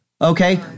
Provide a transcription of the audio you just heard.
Okay